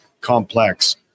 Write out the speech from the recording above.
complex